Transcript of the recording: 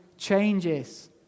changes